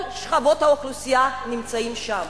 כל שכבות האוכלוסייה נמצאות שם.